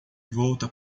volta